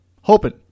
Hoping